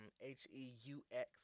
H-E-U-X